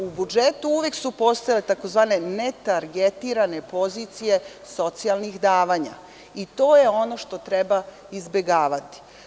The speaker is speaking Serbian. U budžetu uvek su postojale tzv. netargetirane pozicije socijalnih davanja i to je ono što treba izbegavati.